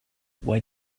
why